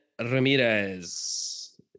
Ramirez